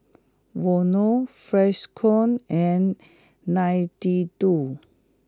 Vono Freshkon and Nintendo